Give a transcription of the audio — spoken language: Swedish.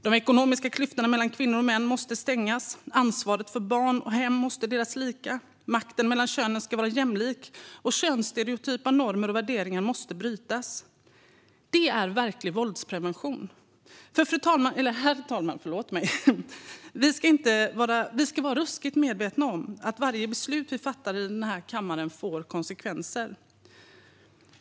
De ekonomiska klyftorna mellan kvinnor och män måste slutas, ansvaret för barn och hem måste delas lika, makten mellan könen ska vara jämlik och könsstereotypa normer och värderingar måste brytas. Det är verklig våldsprevention, för, herr talman, vi ska vara ruskigt medvetna om att varje beslut vi fattar i den här kammaren får konskenser.